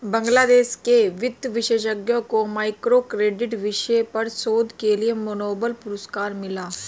बांग्लादेश के वित्त विशेषज्ञ को माइक्रो क्रेडिट विषय पर शोध के लिए नोबेल पुरस्कार मिला